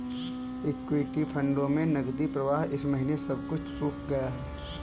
equity फंडों में नकदी प्रवाह इस महीने सब कुछ सूख गया है